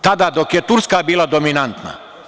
Tada dok je Turska bila dominanta.